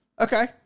Okay